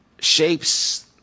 shapes